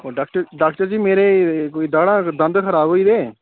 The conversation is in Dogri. ओ डाक्टर डाक्टर जी मेरे कोई दाढ़ा दांद खराब होई गेदे